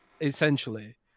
essentially